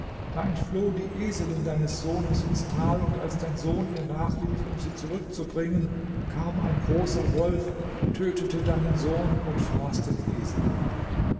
da entfloh die eselin deines sohnes ins tal und als dein sohn ihr nachlief um sie zurückzubringen kam ein großer wolf tötete deinen sohn und fraß den esel